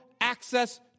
access